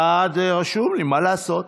אתה רשום לי, מה לעשות?